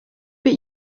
but